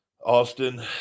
Austin